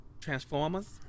Transformers